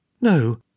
No